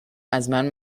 ازمن